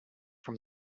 from